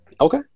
Okay